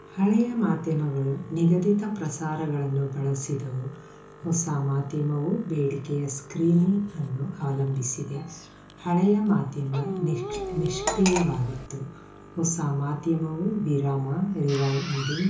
ಹಳೆಯ ಮಾಧ್ಯಮಗಳು ನಿಗದಿತ ಪ್ರಸಾರಗಳನ್ನು ಬಳಸಿದವು ಹೊಸ ಮಾಧ್ಯಮವು ಬೇಡಿಕೆಯ ಸ್ಕ್ರೀಮಿಂಗನ್ನು ಅವಲಂಬಿಸಿದೆ ಹಳೆಯ ಮಾಧ್ಯಮ ನಿಷ್ ನಿಷ್ಕ್ರಿಯವಾಗಿತ್ತು ಹೊಸ ಮಾಧ್ಯಮವು ವಿರಾಮ ರಿವೈಂಡಿಂಗ್